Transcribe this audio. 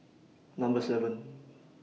Number seven